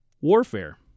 warfare